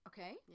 Okay